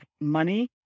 money